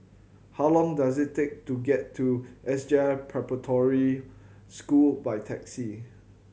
how long does it take to get to S J I Preparatory School by taxi